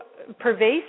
Pervasive